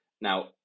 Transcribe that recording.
Now